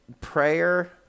prayer